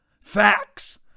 facts